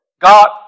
God